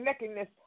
nakedness